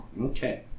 Okay